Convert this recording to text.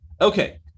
okay